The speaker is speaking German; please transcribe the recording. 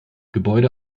gebäude